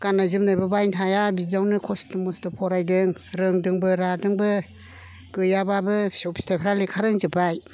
गाननाय जोमनायबो बायनो हाया बिदियावनो खस्थ' मस्थ' फरायदों रोंदोंबो रादोंबो गैयाब्लाबो फिसौ फिथायफ्रा लेखा रोंजोब्बाय